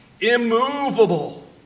immovable